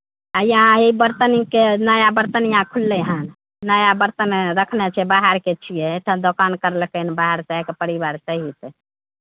हैया बरतनके नया बरतन यहाँ खुललै हन नया बरतन रखने छी बाहरके छियै एहिठाम दोकान करलकै हन बाहरसँ आय कऽ परिवार सहित